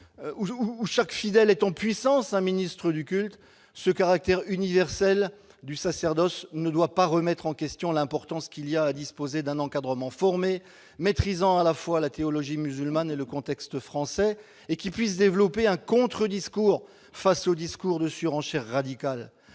où chaque fidèle est un ministre du culte en puissance, ce caractère universel du sacerdoce ne doit pas remettre en question l'importance qu'il y a à disposer d'un encadrement formé, qui maîtrise à la fois la théologie musulmane et le contexte français, et qui soit en mesure de développer un contre-discours face aux discours de surenchère radicale.